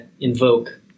invoke